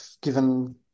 given